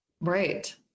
Right